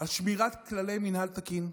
על שמירת כללי מינהל תקין,